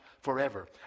forever